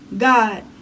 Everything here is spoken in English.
God